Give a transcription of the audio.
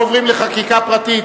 אנחנו עוברים לחקיקה פרטית.